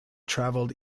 travelled